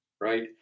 right